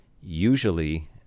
usually